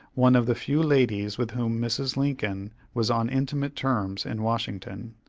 one of the few ladies with whom mrs. lincoln was on intimate terms in washington.